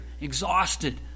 exhausted